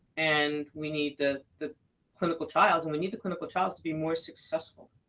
and we need the the clinical trials. and we need the clinical trials to be more successful.